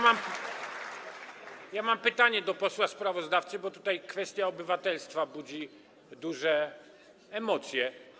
Mam pytanie do posła sprawozdawcy, bo tutaj kwestia obywatelstwa budzi duże emocje.